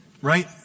Right